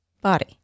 body